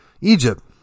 Egypt